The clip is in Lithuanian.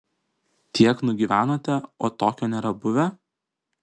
tiek nugyvenote o tokio nėra buvę